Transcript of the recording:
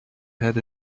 had